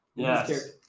Yes